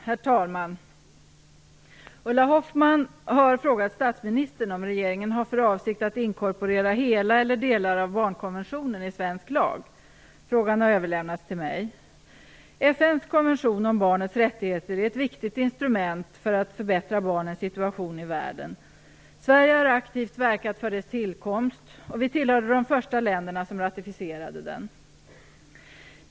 Herr talman! Ulla Hoffmann har frågat statsministern om regeringen har för avsikt att inkorporera hela, eller delar av, barnkonventionen i svensk lag. Frågan har överlämnats till mig. FN:s konvention om barnets rättigheter är ett viktigt instrument för att förbättra barnens situation i världen. Sverige har aktivt verkat för dess tillkomst, och vi tillhörde de första länderna som ratificerade den.